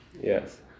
Yes